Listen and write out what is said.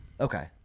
Okay